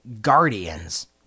guardians